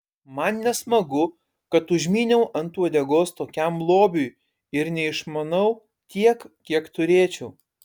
man nesmagu kad užmyniau ant uodegos tokiam lobiui ir neišmanau tiek kiek turėčiau